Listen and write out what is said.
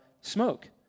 smoke